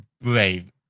brave